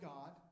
God